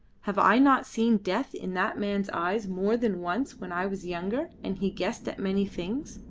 have i not seen death in that man's eyes more than once when i was younger and he guessed at many things.